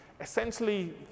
essentially